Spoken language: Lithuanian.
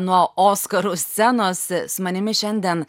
nuo oskarų scenos su manimi šiandien